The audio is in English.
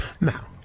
Now